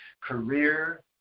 career